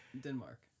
Denmark